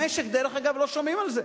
במשק, דרך אגב, לא שומעים על זה.